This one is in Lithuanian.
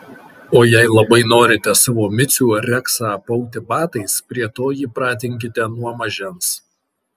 o jei labai norite savo micių ar reksą apauti batais prie to jį pratinkite nuo mažens